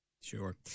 Sure